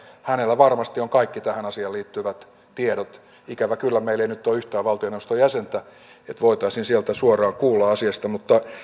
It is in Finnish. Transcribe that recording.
hänellä varmasti on kaikki tähän asiaan liittyvät tiedot ikävä kyllä meillä ei nyt ole yhtään valtioneuvoston jäsentä että voitaisiin sieltä suoraan kuulla asiasta mutta